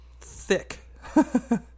thick